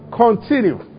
continue